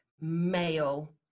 male